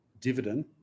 dividend